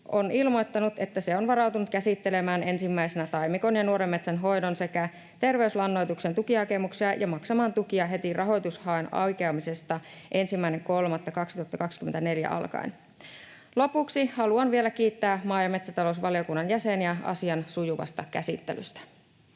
on ilmoittanut, että se on varautunut käsittelemään ensimmäisenä taimikon ja nuoren metsän hoidon sekä terveyslannoituksen tukihakemuksia ja maksamaan tukia heti rahoitushaun aukeamisesta 1.3.2024 alkaen. Lopuksi haluan vielä kiittää maa- ja metsätalousvaliokunnan jäseniä asian sujuvasta käsittelystä.